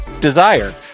Desire